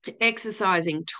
exercising